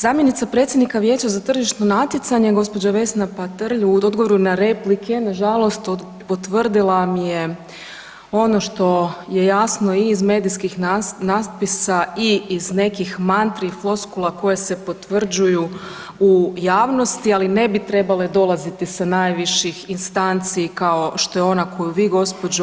Zamjenica predsjednika Vijeća za tržišno natjecanje, gđa. Vesna Patrlj u odgovoru na replike nažalost potvrdila mi je ono što je jasno i iz medijskih natpisa i iz nekih mantri i floskula koje se potvrđuju u javnosti, ali ne bi trebale dolaziti sa najviših instanci kao što je ona koju vi, gđo.